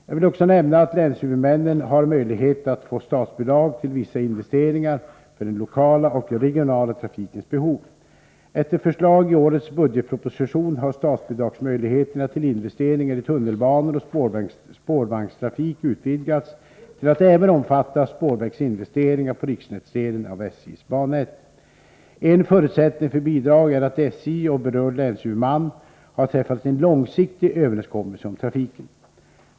Jag vill också nämna att länshuvudmännen har möjlighet att få statsbidrag till vissa investeringar för den lokala och regionala trafikens behov. Efter förslag i årets budgetproposition har statsbidragsmöjligheterna till investeringar i tunnelbanor och spårvagnstrafik utvidgats till att även omfatta spårvägsinvesteringar på riksnätsdelen av SJ:s bannät. En förutsättning för bidrag är att SJ och berörd länshuvudman har träffat en långsiktig överenskommelse om trafiken.